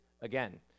again